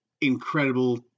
incredible